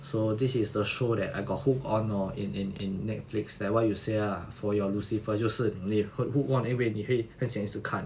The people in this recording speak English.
so this is the show that I got hooked on lor in in in Netflix like what you say ah for your lucifer 就是你会如果那边你会很像一只看